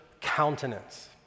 countenance